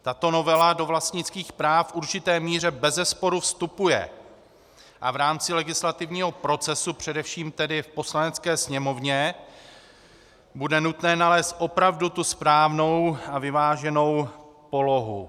Tato novela do vlastnických práv v určité míře bezesporu vstupuje a v rámci legislativního procesu, především tedy v Poslanecké sněmovně, bude nutné nalézt opravdu tu správnou a vyváženou polohu.